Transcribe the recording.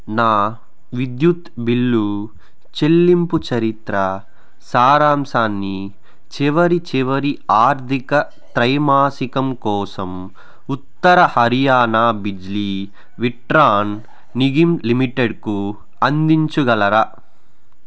నా విద్యుత్ బిల్లు చెల్లింపు చరిత సారాంశాన్ని చివరి చివరి ఆర్థిక త్రైమాసికం కోసం ఉత్తర హర్యానా బిజిలీ వితరణ్ నిగమ్ లిమిటెడ్కు అందించగలరా